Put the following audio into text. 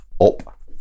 up